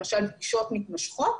למשל פגישות מתמשכות,